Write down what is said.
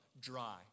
dry